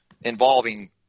involving